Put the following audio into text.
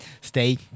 Stay